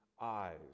eyes